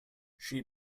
she